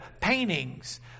paintings